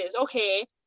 okay